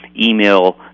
email